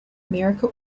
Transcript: america